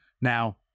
Now